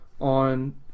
on